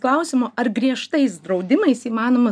klausimo ar griežtais draudimais įmanoma